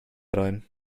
rein